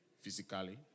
physically